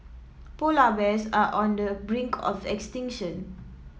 polar bears are on the brink of extinction